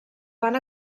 van